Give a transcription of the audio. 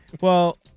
Well-